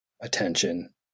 attention